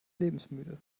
lebensmüde